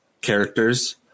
characters